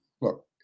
Look